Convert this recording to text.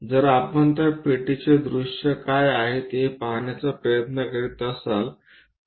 जर आपण त्या पेटीची दृश्ये काय आहेत हे पाहण्याचा प्रयत्न करीत असाल तर